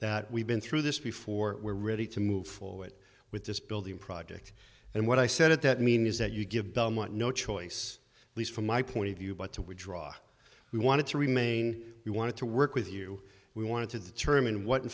that we've been through this before we're ready to move forward with this building project and what i said at that mean is that you give belmont no choice at least from my point of view but to withdraw we want to remain we want to work with you we wanted to determine what in